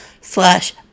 slash